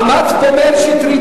עמד פה מאיר שטרית,